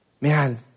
man